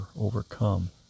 overcome